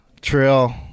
trill